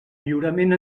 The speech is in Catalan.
lliurament